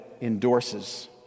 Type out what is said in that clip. endorses